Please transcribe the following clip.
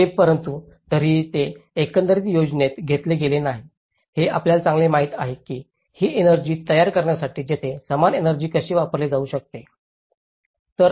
हे परंतु तरीही ते एकंदरीत योजनेत घेतले गेले नाही हे आपल्याला चांगले माहित आहे की ही एनर्जी तयार करण्यासाठी येथे समान एनर्जी कशी वापरली जाऊ शकते